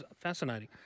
fascinating